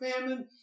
famine